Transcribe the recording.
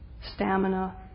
stamina